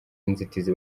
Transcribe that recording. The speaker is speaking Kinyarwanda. inzitizi